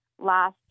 last